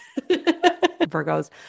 Virgos